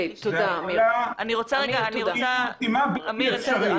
זו עבודה בלתי ישימה ובלתי אפשרית.